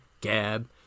gab